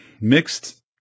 mixed